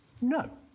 No